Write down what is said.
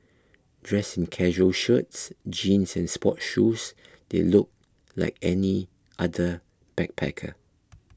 dressed in casual shirts jeans and sports shoes they looked like any other backpacker